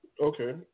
Okay